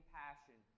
passion